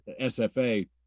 SFA